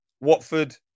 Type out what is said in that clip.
Watford